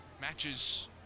Matches